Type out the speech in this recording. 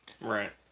Right